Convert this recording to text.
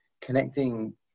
connecting